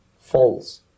False